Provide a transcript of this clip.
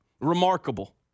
Remarkable